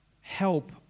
help